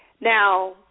Now